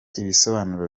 ibisobanuro